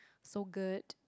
Sogurt